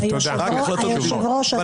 אני